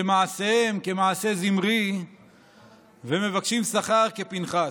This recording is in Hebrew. שמעשיהן כמעשה זמרי ומבקשין שכר כפנחס".